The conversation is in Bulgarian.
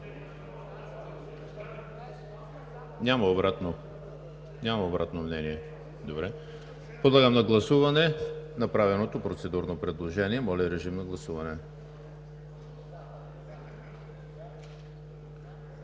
Няма обратно мнение, добре. Подлагам на гласуване направеното процедурно предложение. Гласували